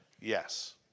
Yes